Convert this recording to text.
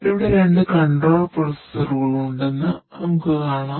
ഇവിടെ രണ്ട് കൺട്രോൾ പ്രൊസസറുകൾ ഉണ്ടെന്ന് നമുക്ക് കാണാം